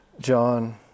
John